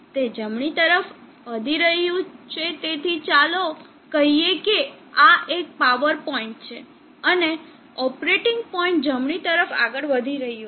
તે જમણી તરફ વળી રહ્યું છે તેથી ચાલો કહીએ કે આ એક પાવર પોઇન્ટ છે અને ઓપરેટિંગ પોઇન્ટ જમણી તરફ આગળ વધી રહ્યો છે